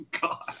God